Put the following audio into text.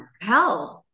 hell